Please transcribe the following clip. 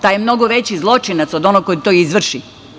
Taj je mnogo veći zločinac od onog koji to izvrši.